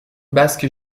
basque